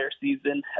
season